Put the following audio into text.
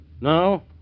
No